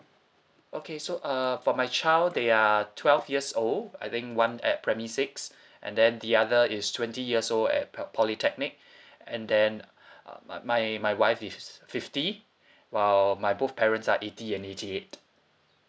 okay so uh for my child they are twelve years old I think one at primary six and then the other is twenty years old at pel~ polytechnic and then uh my my my wife is fifty while my both parents are eighty and eighty eight